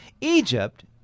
Egypt